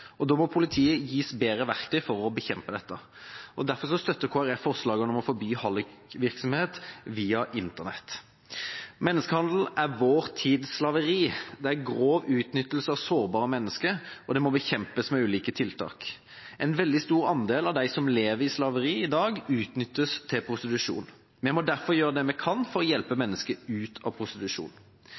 og da må politiet gis bedre verktøy for å bekjempe dette. Kristelig Folkeparti støtter derfor forslagene om å forby hallikvirksomhet via Internett. Menneskehandel er vår tids slaveri. Det er grov utnyttelse av sårbare mennesker og må bekjempes med ulike tiltak. En veldig stor andel av de som lever i slaveri i dag, utnyttes til prostitusjon. Vi må derfor gjøre det vi kan for å hjelpe mennesker ut av prostitusjon.